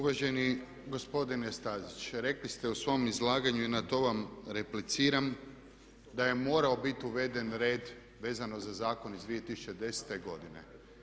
Uvaženi gospodine Stazić, rekli ste u svom izlaganju i na to vam repliciram da je morao biti uveden red vezano za zakon iz 2010. godine.